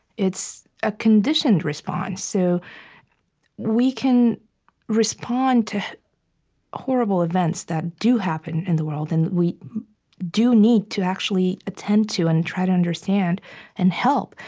it's a conditioned response. so we can respond to horrible events that do happen in the world, and we do need to actually attend to and try to understand and help.